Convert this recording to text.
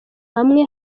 hamwe